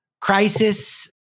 crisis